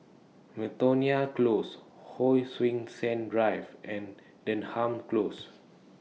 Miltonia Close Hon Sui Sen Drive and Denham Close